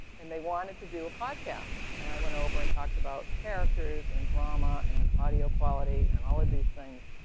and they wanted to do a podcast. and i went over and talked about characters, and drama, and audio quality, and all of these things.